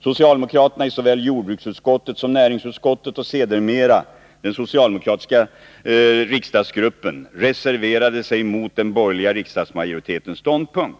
Socialdemokraterna i såväl jordbruksutskottet som näringsutskottet och sedermera den socialdemokratiska riksdagsgruppen reserverade sig mot den borgerliga riksdagsmajoritetens ståndpunkt.